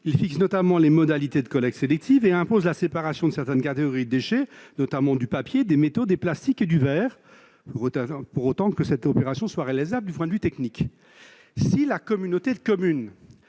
fixe notamment les modalités de collectes sélectives et impose la séparation de certaines catégories de déchets, en particulier du papier, des métaux, des plastiques et du verre, pour autant que cette opération soit réalisable sur le plan technique. Si la communauté de communes